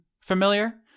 familiar